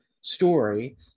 story